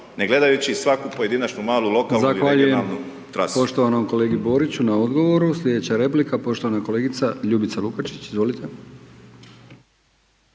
ne gledajući svaku pojedinačnu malu lokalnu ili regionalnu trasu.